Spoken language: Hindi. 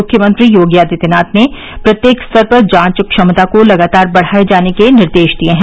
मुख्यमंत्री योगी आदित्यनाथ ने प्रत्येक स्तर पर जांच क्षमता को लगातार बढ़ाए जाने के निर्देश दिए हैं